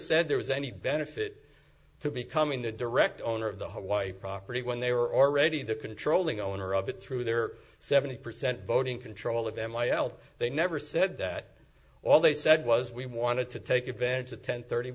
said there was any benefit to becoming the direct owner of the hawaii property when they were already the controlling owner of it through their seventy percent voting control of m i l they never said that all they said was we wanted to take advantage of ten thirty